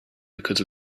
because